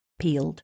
peeled